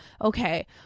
okay